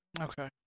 Okay